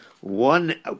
One